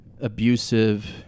abusive